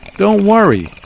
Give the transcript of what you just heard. don't worry.